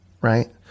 right